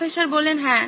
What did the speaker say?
professor হ্যাঁ